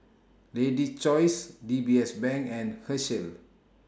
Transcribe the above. Lady's Choice D B S Bank and Herschel